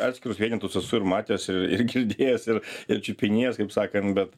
atskirus vienetus esu ir matęs ir girdėjęs ir ir čiupinėjęs kaip sakant bet